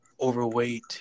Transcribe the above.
overweight